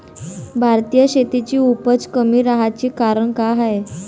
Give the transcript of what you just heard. भारतीय शेतीची उपज कमी राहाची कारन का हाय?